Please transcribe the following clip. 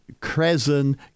crescent